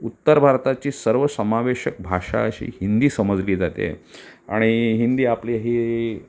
उत्तर भारताची सर्वसमावेशक भाषा अशी हिंदी समजली जाते आणि हिंदी आपली ही